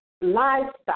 livestock